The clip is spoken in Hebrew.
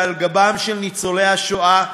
ועל גבם של ניצולי השואה,